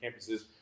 campuses